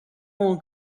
monk